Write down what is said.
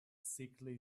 sickly